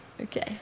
Okay